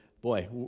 boy